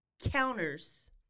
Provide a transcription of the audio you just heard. counters